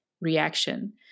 reaction